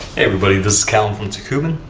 everybody, this is calum from tekuben.